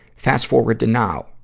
fast forward to now.